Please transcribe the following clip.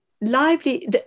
lively